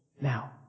now